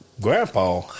Grandpa